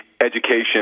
education